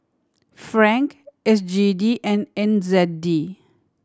Franc S G D and N Z D